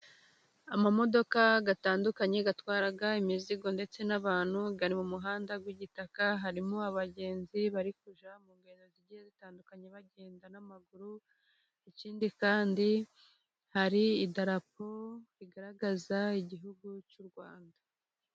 Amamodoka atandukanye atwara imizigo ndetse n'abantu, ari mu muhanda w'igitaka, harimo abagenzi bari kujya mu ngendo zigiye zitandukanye bagenda n'amaguru. Ikindi kandi, hari idarapo rigaragaza igihugu cy'u Rwanda.